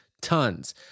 Tons